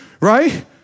right